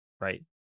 right